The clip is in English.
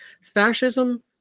Fascism